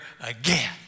again